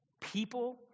people